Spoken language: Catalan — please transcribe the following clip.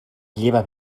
lleva